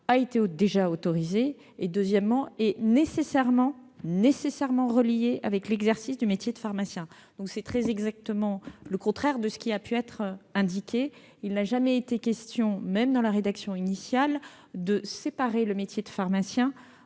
sur ce point -, et elle est nécessairement reliée à l'exercice du métier de pharmacien. C'est donc très exactement le contraire de ce qui a pu être indiqué. Il n'a jamais été question, y compris dans la rédaction initiale, de séparer le métier de pharmacien